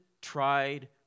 tried